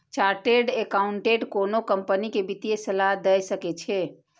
chartered accountant कोनो company कें वित्तीय सलाह दए सकै छै